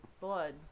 blood